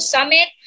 Summit